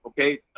okay